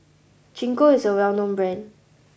gingko is a well known brand